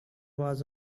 was